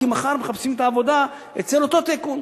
כי מחר הם מחפשים עבודה אצל אותו טייקון.